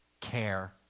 Care